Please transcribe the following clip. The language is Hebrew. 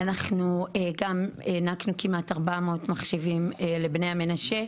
אנחנו גם הענקנו כמעט 400 מחשבים לבני המנשה.